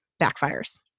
backfires